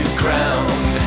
ground